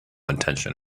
intention